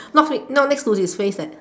not fre~ not next to his face leh